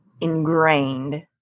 ingrained